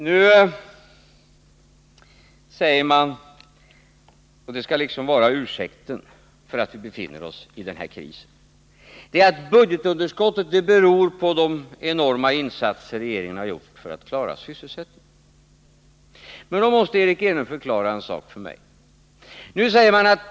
Nu säger man — och det skall liksom vara ursäkten för att vi befinner oss i den här krisen — att budgetunderskottet beror på de enorma satsningar som regeringen har gjort för att klara sysselsättningen.